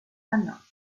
anna